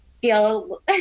feel –